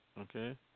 Okay